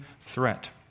threat